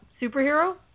Superhero